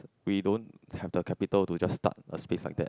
we don't have the capital to just start a space like that